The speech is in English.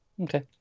Okay